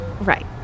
Right